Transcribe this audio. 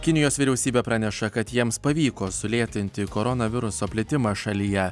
kinijos vyriausybė praneša kad jiems pavyko sulėtinti koronaviruso plitimą šalyje